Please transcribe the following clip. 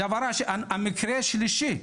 המקרה השלישי,